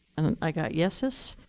i got yeses.